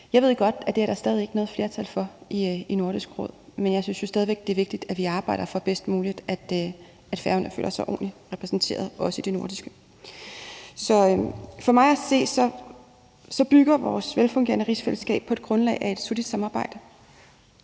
Jeg ved godt, at det er der stadig ikke noget flertal for i Nordisk Råd, men jeg synes jo stadig væk, at det er vigtigt, at vi arbejder for – så godt som det er muligt – at Færøerne føler sig ordentligt repræsenteret, også i det nordiske. For mig at se bygger vores velfungerende rigsfællesskab på et grundlag af et solidt samarbejde